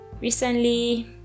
recently